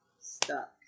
stuck